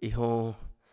iã jonã